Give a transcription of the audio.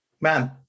Man